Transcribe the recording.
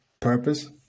purpose